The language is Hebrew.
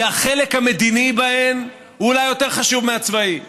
שהחלק המדיני בהן אולי יותר חשוב מהצבאי,